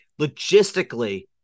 logistically